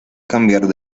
cambiar